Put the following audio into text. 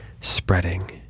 spreading